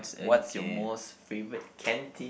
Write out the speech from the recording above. what's your most favorite canteen